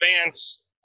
advance